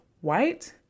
white